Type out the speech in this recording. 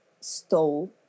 stole